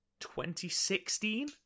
2016